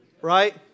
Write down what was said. Right